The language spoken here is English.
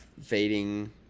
fading